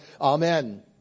Amen